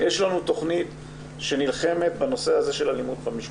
יש לנו תכנית שנלחמת בנושא של אלימות במשפחה,